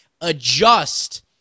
adjust